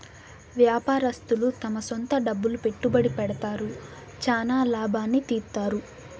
వ్యాపారస్తులు తమ సొంత డబ్బులు పెట్టుబడి పెడతారు, చానా లాభాల్ని తీత్తారు